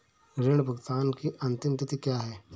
ऋण भुगतान की अंतिम तिथि क्या है?